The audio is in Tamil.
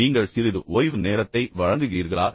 நீங்கள் சிறிது ஓய்வு நேரத்தை வழங்குகிறீர்களா